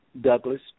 Douglas